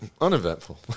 uneventful